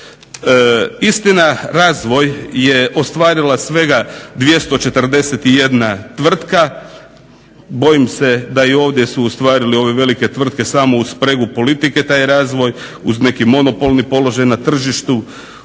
Istina razvoj je ostvarila svega 241 tvrtka. Bojim se da su ovdje ostvarili ove velike tvrtke samo u spregu politike taj razvoj, uz neki monopolni položaj na tržištu,